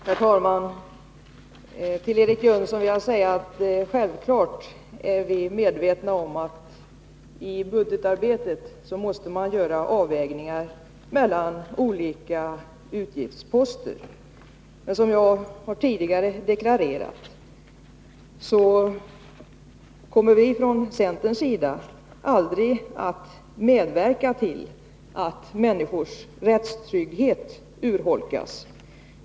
Herr talman! Till Eric Jönsson vill jag säga att vi självfallet är medvetna om att man i budgetarbetet måste göra avvägningar mellan olika utgiftsposter. Men som jag tidigare deklarerat kommer vi från centerns sida aldrig att medverka till att människors rättstrygghet urholkas.